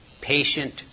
patient